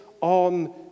on